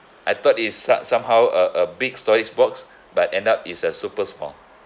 I thought it's some somehow a a big storage box but end up is a super small